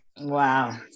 Wow